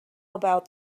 about